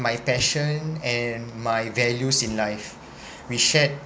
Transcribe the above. my passion and my values in life we shared